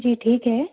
جی ٹھیک ہے